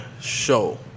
show